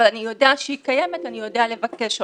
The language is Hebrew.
אבל אני יודע שהיא קיימת ואני יודע לבקש אותה'.